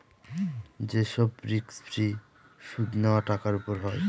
যে সব risk free সুদ নেওয়া টাকার উপর হয়